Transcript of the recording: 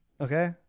Okay